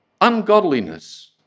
Ungodliness